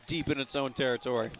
deep in its own territory